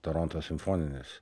toronto simfoninis